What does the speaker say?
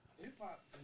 hip-hop